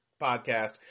podcast